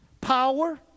Power